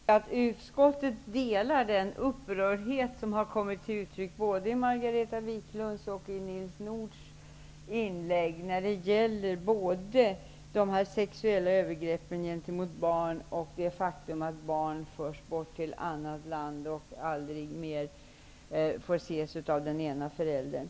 Fru talman! Jag vill än en gång understryka att utskottet delar den upprördhet som har kommit till uttryck i Margareta Viklunds och i Nils Nordhs inlägg både när det gäller sexuella övergrepp mot barn och när det gäller det faktum att barn förs bort till annat land och aldrig mer får ses av den ena föräldern.